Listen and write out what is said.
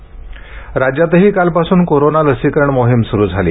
राज्य लसीकरण राज्यातही कालपासून कोरोना लसीकरण मोहीम सुरु झाली